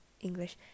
English